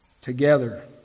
together